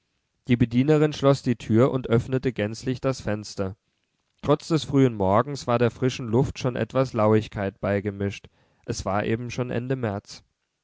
die bedienerin schloß die tür und öffnete gänzlich das fenster trotz des frühen morgens war der frischen luft schon etwas lauigkeit beigemischt es war eben schon ende märz